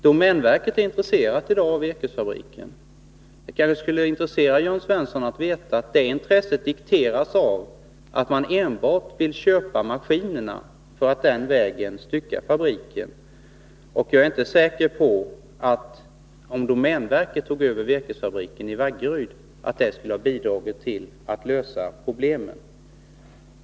Domänverket är i dag intresserat av virkesfabriken, men det kanske skulle kunna intressera Jörn Svensson att få veta att det intresset dikteras av att domänverket enbart vill köpa maskinerna, för att den vägen stycka fabriken. Jag är inte säker på att det skulle bidragit till att lösa problemen att domänverket skulle ha övertagit virkesfabriken i Vaggeryd.